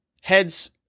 heads